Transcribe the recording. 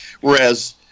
whereas